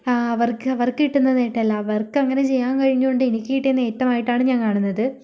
അവർക്ക് അവർക്ക് കിട്ടുന്ന നേട്ടമല്ല അവർക്ക് അങ്ങനെ ചെയ്യാൻ കഴിഞ്ഞതുകൊണ്ട് എനിക്ക് കിട്ടിയ നേട്ടമായിട്ടാണ് ഞാൻ കാണുന്നത്